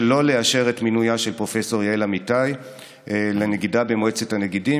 שלא לאשר את מינויה של פרופ' יעל אמיתי לנגידה במועצת הנגידים